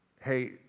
Hey